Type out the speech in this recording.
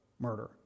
murder